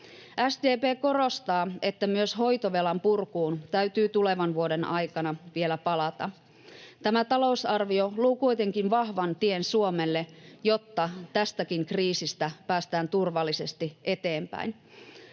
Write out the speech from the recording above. SDP korostaa, että myös hoitovelan purkuun täytyy tulevan vuoden aikana vielä palata. Tämä talousarvio luo kuitenkin vahvan tien Suomelle, jotta tästäkin kriisistä päästään turvallisesti eteenpäin.